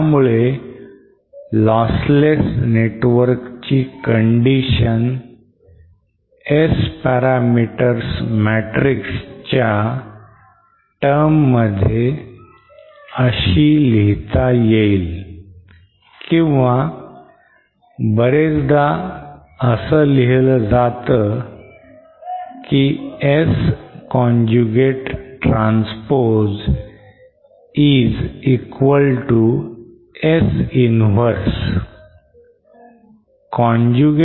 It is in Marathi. त्यामुळे lossless network ची condition S parameters matrix च्या terms मध्ये अशी लिहिता येईल किंवा बरेचदा असं लिहिलं जात की S conjugate transpose is equal to S inverse